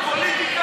פתאום זה פוליטיקה?